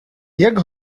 jak